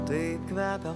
taip kvepia